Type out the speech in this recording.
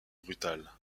brutale